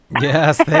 Yes